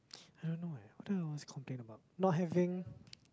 I don't know eh what do I always complain about not having